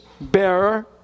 bearer